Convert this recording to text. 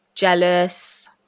Jealous